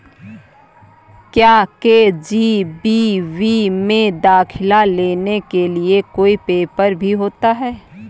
क्या के.जी.बी.वी में दाखिला लेने के लिए कोई पेपर भी होता है?